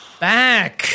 back